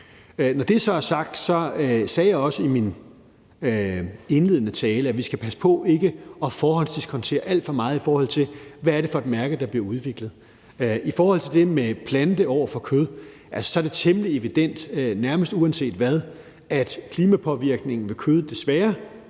Når det så er sagt, sagde jeg også i min indledende tale, at vi skal passe på med ikke at forhåndsdiskontere alt for meget, i forhold til hvad det er for et mærke, der bliver udviklet. I forhold til det med det plantebaserede over for kødet vil jeg sige, at det er temmelig evident, nærmest uanset hvad, at klimapåvirkningen ved kød desværre